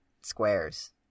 squares